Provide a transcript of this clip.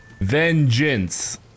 Vengeance